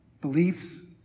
beliefs